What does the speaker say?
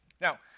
Now